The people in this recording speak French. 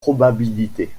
probabilités